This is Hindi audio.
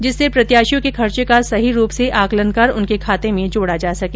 जिससे प्रत्याशियों के खर्चे का सही रूप से आंकलन कर उनके खाते में जोडा जा सके